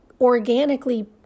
organically